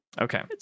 Okay